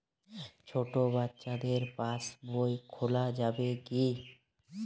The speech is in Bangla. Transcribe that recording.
ছোট বাচ্চাদের পাশবই খোলা যাবে কি?